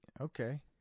Okay